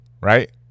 right